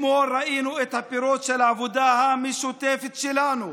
אתמול ראינו את הפירות של העבודה המשותפת שלנו: